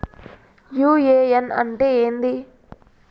UAN అంటే ఏంది?